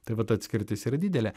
tai vat atskirtis yra didelė